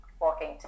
walking